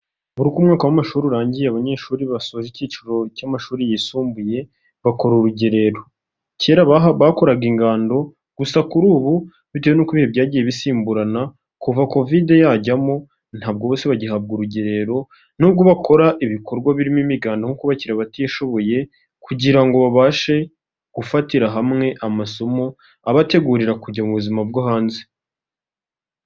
Buri uko umwaka w'amashuri urangiye abanyeshuri basoza icyiciro cy'amashuri yisumbuye bakora urugerero, kera bakoraga ingando gusa kuri ubu bitewe n'uko ibihe byagiye bisimburana, kuva kovide yajyamo ntabwo bose bagihabwa urugerero nubwo bakora ibikorwa birimo imiganda nko kubakira abatishoboye, kugira ngo babashe gufatira hamwe amasomo abategurira kujya mu buzima bwo hanze.